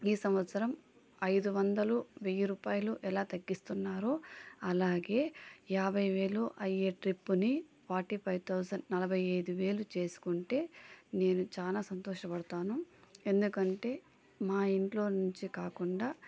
ఈ సంవత్సరం ఐదు వందలు వెయ్యి రూపాయలు ఎలా తగ్గిస్తున్నారో అలాగే యాభై వేలు అయ్యే ట్రిప్పుని ఫార్టీ ఫైవ్ థౌసండ్ నలభై ఐదు వేలు చేసుకుంటే నేను చాలా సంతోషపడతాను ఎందుకంటే మా ఇంట్లో నుంచే కాకుండా